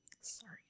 sorry